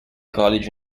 college